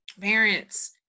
parents